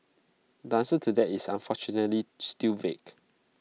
the answer to that is unfortunately still vague